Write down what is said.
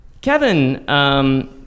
Kevin